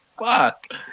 fuck